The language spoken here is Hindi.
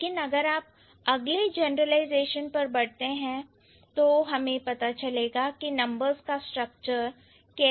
लेकिन अगर आप अगले जनरलाइजेशन पर बढ़ते हैं तो हमें पता चलेगा कि नंबर्स का स्ट्रक्चर कैसे दिखता है